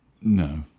no